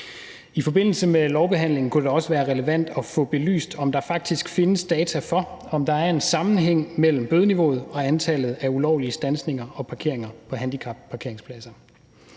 I forbindelse med lovbehandlingen kunne det også være relevant at få belyst, om der faktisk findes data for, om der er en sammenhæng mellem bødeniveauet og antallet af ulovlige standsninger og parkeringer på handicapparkeringspladser.